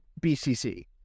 BCC